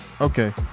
Okay